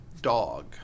dog